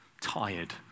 tired